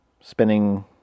spinning